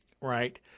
right